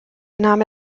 name